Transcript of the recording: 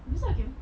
musa okay apa